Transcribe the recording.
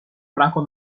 franco